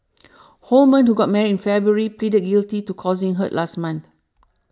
Holman who got married in February pleaded guilty to causing hurt last month